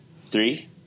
three